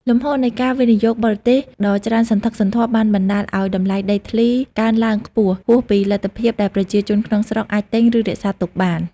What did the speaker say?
លំហូរនៃការវិនិយោគបរទេសដ៏ច្រើនសន្ធឹកសន្ធាប់បានបណ្ដាលឲ្យ តម្លៃដីធ្លីកើនឡើងខ្ពស់ ហួសពីលទ្ធភាពដែលប្រជាជនក្នុងស្រុកអាចទិញ ឬរក្សាទុកបាន។